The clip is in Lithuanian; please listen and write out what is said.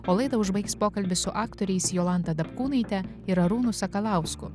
o laidą užbaigs pokalbis su aktoriais jolanta dapkūnaite ir arūnu sakalausku